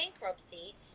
bankruptcy